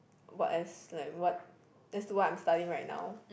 work as like I'm what that's what I'm studying right now